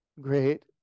great